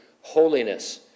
holiness